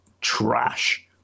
trash